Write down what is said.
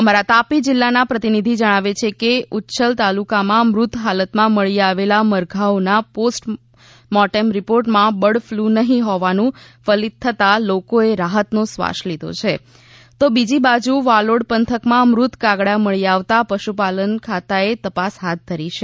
અમારા તાપી જિલ્લાના પ્રતિનિધિ જણાવે છે કે ઉચ્છલ તાલુકામાં મૃત હાલતમાં મળી આવેલા મરઘાઓના પોસ્ટ મોર્ટેમ રિપોર્ટમાં બર્ડફ્લ્ નફીં હોવાનું ફલિત થતા લોકોએ રાહતનો શ્વાસ લીધો છે તો બીજી બાજુ વાલોડ પંથકમાં મૃત કાગડા મળી આવતા પશુપાલન ખાતાએ તપાસ હાથ ધરી છે